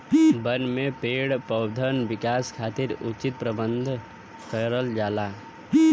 बन में पेड़ पउधन विकास खातिर उचित प्रबंध करल जाला